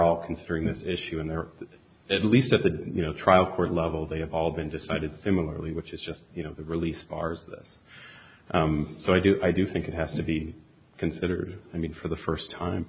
all considering this issue and they're at least at the trial court level they have all been decided similarly which is just you know really spars so i do i do think it has to be considered i mean for the first time